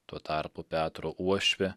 tuo tarpu petro uošvė